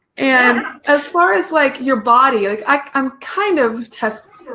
and as far as like your body like i um kind of test,